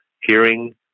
hearing